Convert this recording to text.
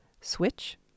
Switch